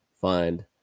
find